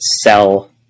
sell